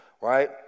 Right